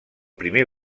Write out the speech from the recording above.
primer